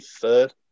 third